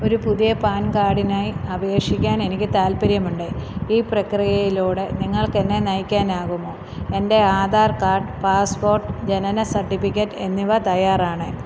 ഒരു പുതിയ പാൻ കാർഡിനായി അപേക്ഷിക്കാൻ എനിക്ക് താൽപ്പര്യമുണ്ട് ഈ പ്രക്രിയയിലൂടെ നിങ്ങൾക്കെന്നെ നയിക്കാനാകുമോ എന്റെ ആധാർ കാഡ് പാസ്പോർട്ട് ജനന സർട്ടിഫിക്കറ്റ് എന്നിവ തയ്യാറാണ്